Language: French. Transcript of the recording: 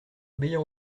obéir